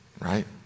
right